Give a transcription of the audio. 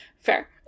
Fair